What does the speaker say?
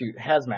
hazmat